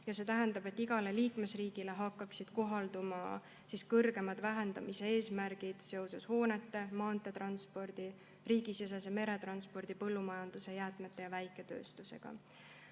See tähendab, et igale liikmesriigile hakkaksid kohalduma kõrgemad vähendamise eesmärgid seoses hoonete, maanteetranspordi, riigisisese meretranspordi, põllumajanduse, jäätmete ja väiketööstusega.